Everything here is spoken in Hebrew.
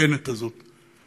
המסוכנת הזאת,